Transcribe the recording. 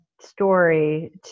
story